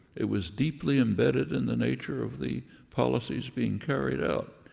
it was deeply embedded in the nature of the policies being carried out,